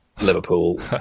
Liverpool